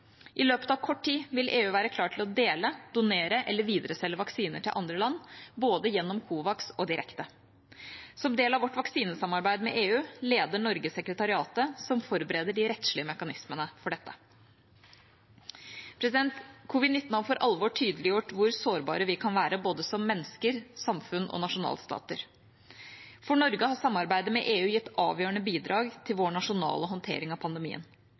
I løpet av kort tid vil EU være klar til å dele, donere eller videreselge vaksiner til andre land, både gjennom COVAX og direkte. Som del av vårt vaksinesamarbeid med EU leder Norge sekretariatet som forbereder de rettslige mekanismene for dette. Covid-19 har for alvor tydeliggjort hvor sårbare vi kan være som både mennesker, samfunn og nasjonalstater. For Norge har samarbeidet med EU gitt avgjørende bidrag til vår nasjonale håndtering av pandemien.